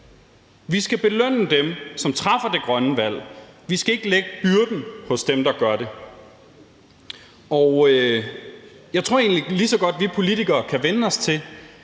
Vi skal belønne dem, som træffer det grønne valg. Vi skal ikke lægge byrden hos dem, der gør det. Jeg tror egentlig lige så godt, at vi politikere kan vænne os til,